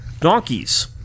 donkeys